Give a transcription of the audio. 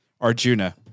Arjuna